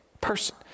person